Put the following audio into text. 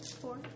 Four